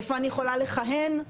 איפה אני יכולה לכהן.